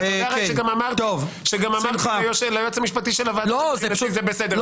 וגם אמרתי ליועץ המשפטי של הוועדה שזה בסדר.